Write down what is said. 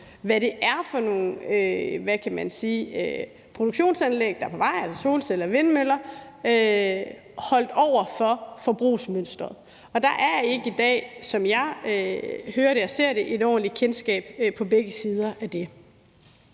hvad det er for nogle produktionsanlæg, der er på vej, altså solceller og vindmøller, sat over for forbrugsmønsteret. Der er ikke i dag, sådan som jeg hører og ser det, et ordentligt kendskab på begge sider af det.